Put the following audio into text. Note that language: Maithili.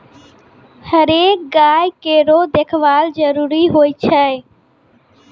हरेक गाय केरो देखभाल जरूरी होय छै